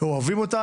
אוהבים אותה,